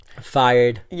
Fired